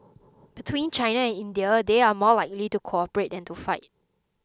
between China and India they are more likely to cooperate than to fight